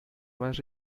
más